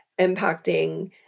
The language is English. impacting